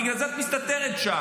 בגלל זה את מסתתרת שם.